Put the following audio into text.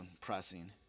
Pressing